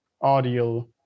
audio